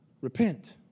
Repent